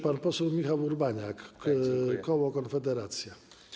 Pan poseł Michał Urbaniak, koło Konfederacja.